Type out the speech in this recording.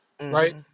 right